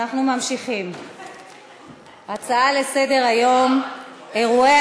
נעבור להצעות לסדר-היום בנושא: אירועי